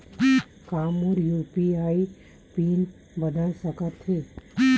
का मोर UPI PIN बदल सकथे?